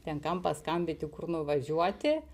ten kam paskambinti kur nuvažiuoti